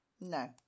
No